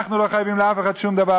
אנחנו לא חייבים לאף אחד שום דבר,